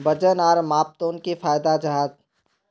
वजन आर मापनोत की फायदा जाहा?